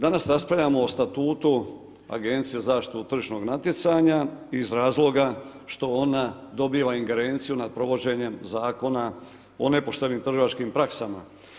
Danas raspravljamo o statutu Agencije za zaštitu tržišnog natjecanja iz razloga što ona dobiva ingerenciju nad provođenjem zakona o nepoštenim trgovačkim praksama.